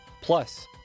plus